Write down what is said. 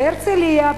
בהרצלייה,